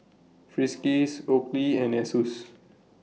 Friskies Oakley and Asus